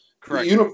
Correct